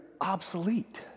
obsolete